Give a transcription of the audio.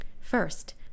First